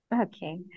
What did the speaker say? Okay